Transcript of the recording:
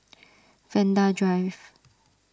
Vanda Drive